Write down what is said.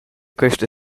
questa